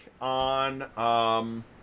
on